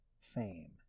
Fame